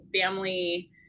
family